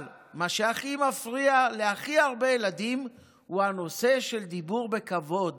אבל מה שהכי מפריע להכי הרבה ילדים הוא הנושא של דיבור בכבוד,